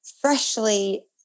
freshly